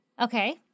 Okay